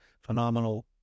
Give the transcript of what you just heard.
Phenomenal